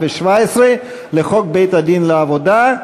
ו-17 לחוק בית-הדין לעבודה,